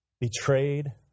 Betrayed